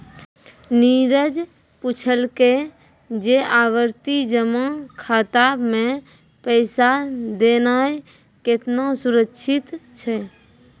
नीरज पुछलकै जे आवर्ति जमा खाता मे पैसा देनाय केतना सुरक्षित छै?